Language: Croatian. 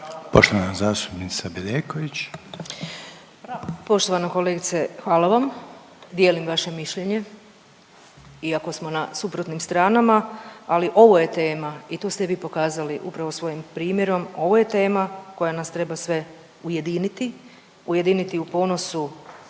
**Bedeković, Vesna (HDZ)** Poštovana kolegice, hvala vam. Dijelim vaše mišljenje iako smo na suprotnim stranama ali ovo je tema i to ste vi pokazali upravo svojim primjerom, ovo je tema koja nas treba sve ujediniti. Ujediniti u ponosu